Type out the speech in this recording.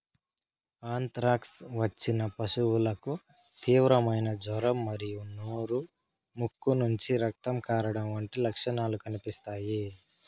anthrax వచ్చిన పశువుకు తీవ్రమైన జ్వరం మరియు నోరు, ముక్కు నుంచి రక్తం కారడం వంటి లక్షణాలు కనిపిస్తాయి